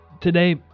today